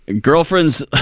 Girlfriend's